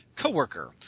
co-worker